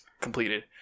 completed